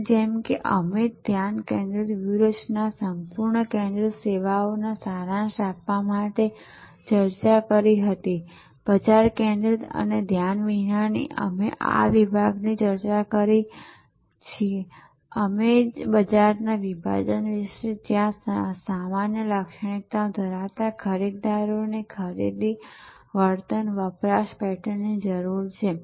તેથી જેમ કે અમે ધ્યાન કેન્દ્રિત વ્યૂહરચના સંપૂર્ણ કેન્દ્રિત સેવાનો સારાંશ આપવા માટે ચર્ચા કરી હતી બજાર કેન્દ્રિત અને ધ્યાન વિનાની અમે આ વિભાગોની ચર્ચા કરીએ છીએ જે અમે બજારના વિભાજન વિશે અને જ્યાં સામાન્ય લાક્ષણિકતાઓ ધરાવતા ખરીદદારોને ખરીદી વર્તન અને વપરાશ પેટર્નની જરૂર છે